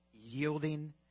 yielding